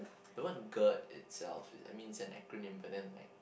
the word gerd itself is I mean it's an acronym but then like